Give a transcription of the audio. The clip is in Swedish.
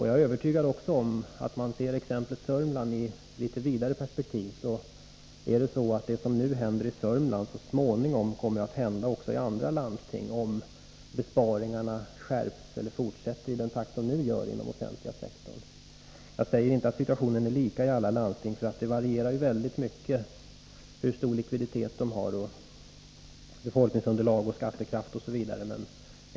Jag är övertygad om, att om man ser exemplet Södermanland i ett litet vidare perspektiv, kommer man att finna att det som nu händer vid landstinget där också kommer att hända vid andra landsting, dvs. om inom den offentliga sektorn besparingarna skärps eiler fortsätter i den nuvarande takten. Jag säger inte att situationen är lika i alla landsting. Det varierar mycket beroende på likviditet, befolkningsunderlag, skattekraft m.m.